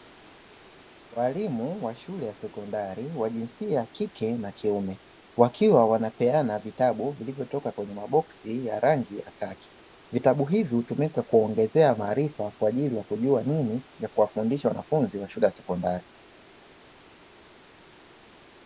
Walimu wa shule ya sekondari wa jinsia ya kike na kiume wakiwa wanapeana vitabu vilivyotoka kwenye maboksi ya rangi ya kaki. Vitabu hivi hutumika kuongezea maharifa kwa ajli ya kujua nini ya kuwafundisha wanafunzi wa shule ya sekondari.